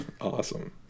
awesome